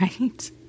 right